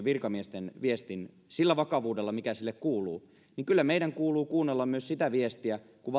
virkamiesten viestin sillä vakavuudella mikä sille kuuluu meidän kyllä kuuluu kuunnella myös sitä viestiä kun